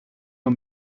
nur